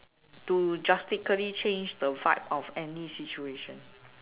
to drastically change the vibe of any situation